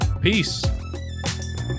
Peace